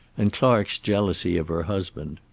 and clark's jealousy of her husband.